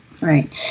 Right